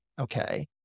Okay